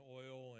oil